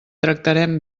tractarem